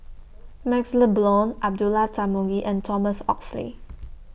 MaxLe Blond Abdullah Tarmugi and Thomas Oxley